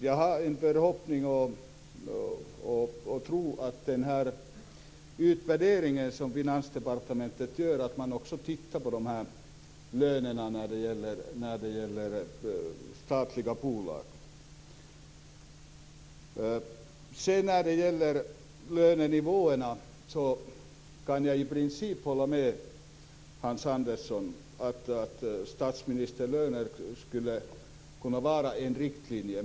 Jag har den förhoppningen att man i den utvärdering som Finansdepartementet gör också tittar på lönerna när det gäller statliga bolag. Jag kan i princip hålla med Hans Andersson om att statsministerlönen skulle kunna vara en riktlinje.